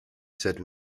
said